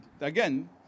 again